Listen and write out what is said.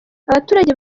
abaturage